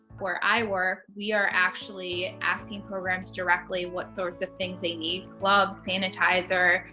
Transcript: where i work we are actually asking programs directly what sorts of things they need gloves, sanitizer,